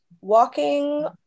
walking